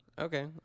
Okay